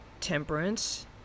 temperance